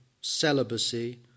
celibacy